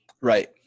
Right